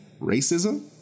racism